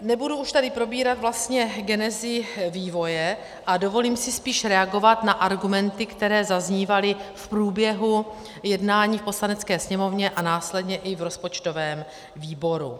Nebudu už tady probírat vlastně genezi vývoje a dovolím si spíš reagovat na argumenty, které zaznívaly v průběhu jednání v Poslanecké sněmovně a následně i v rozpočtovém výboru.